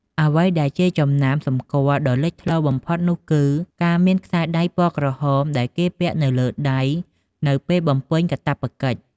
អ្វីដែលជាចំណាំសម្គាល់ដ៏លេចធ្លោបំផុតនោះគឺការមានខ្សែដៃពណ៌ក្រហមដែលគេពាក់នៅលើដៃនៅពេលបំពេញកាតព្វកិច្ច។